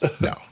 no